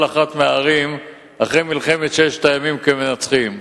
אחת מהערים ביהודה ושומרון כמנצחים.